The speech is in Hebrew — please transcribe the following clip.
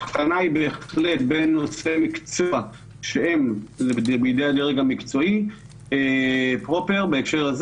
הבחנה היא בהחלט בין נושאי מקצוע שהם בידי הדרג המקצועי פרופר בהקשר,